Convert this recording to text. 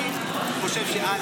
אני חושב א.